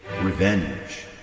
revenge